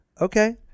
Okay